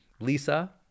Lisa